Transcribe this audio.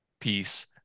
piece